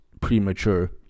Premature